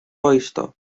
oyster